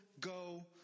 go